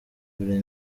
buri